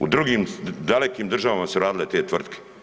U drugim dalekim državama su radile te tvrtke.